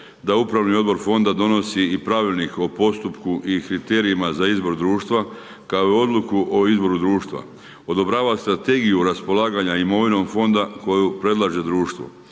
se upravni odbor fonda donosi i pravilnik o postupku i kriterijima za izbor društva kao i odluku o izboru društva, odobrava strategiju raspolaganja imovinom fonda koju predlaže društvo,